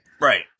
Right